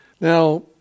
Now